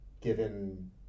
given